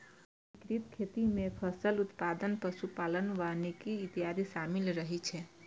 एकीकृत खेती मे फसल उत्पादन, पशु पालन, वानिकी इत्यादि शामिल रहै छै